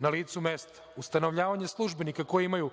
na licu mesta, ustanovljavanje službenika koji imaju,